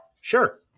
Sure